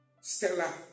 Stella